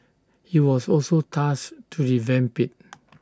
he was also tasked to revamp IT